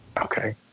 Okay